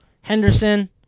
Henderson